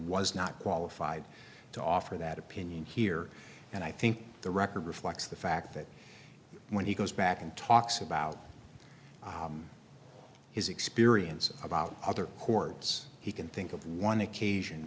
was not qualified to offer that opinion here and i think the record reflects the fact that when he goes back and talks about his experiences about other chords he can think of one occasion